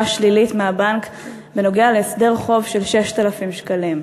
שלילית מהבנק בנוגע להסדר חוב של 6,000 שקלים.